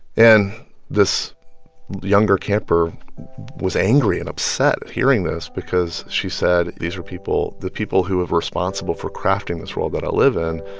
and this younger camper was angry and upset at hearing this because she said these were people the people who were responsible for crafting this world that i live in,